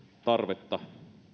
tarvetta